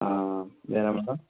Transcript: ஆ வேறு மேடம்